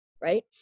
right